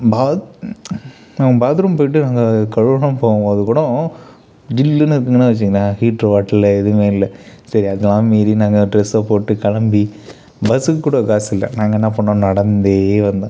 பாத் bathroom போயிவிட்டு நாங்கள் கழுவினோன் அதுகூடோம் ஜில்லுன்னு இருக்குன்னே வச்சுக்கோங்களேன் ஹீட்ரு ஹோட்டலில் எதுவுமே இல்லை சரி அதெலாம் மீறி நாங்கள் ட்ரெஸை போட்டு கிளம்பி பஸ்ஸுக்குக்கூட காசு இல்லை நாங்கள் என்ன பண்ணோம் நடந்தே வந்தோம்